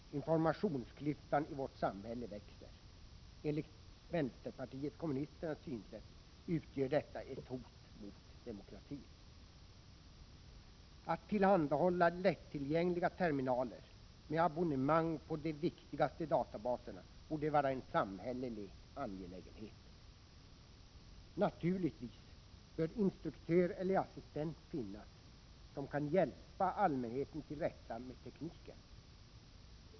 Informationsklyftan i vårt samhälle växer. Enligt vänsterpartiet kommunisternas synsätt utgör detta ett hot mot demokratin. Att tillhandahålla lättillgängliga terminaler med abonnemang på de viktigaste databaserna borde vara en samhällelig angelägenhet. Naturligtvis bör instruktör eller assistent finnas som kan hjälpa allmänheten till rätta med tekniken.